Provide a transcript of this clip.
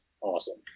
awesome